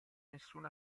nessun